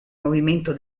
movimento